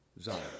Zion